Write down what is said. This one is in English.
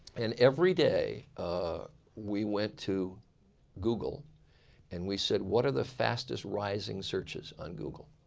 and every day ah we went to google and we said what are the fastest rising searches on google?